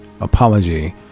apology